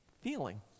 feeling